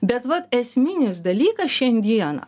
bet vat esminis dalykas šiandieną